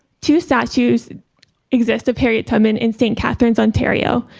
two statues exist of harriet tubman in st. catharines, ontario,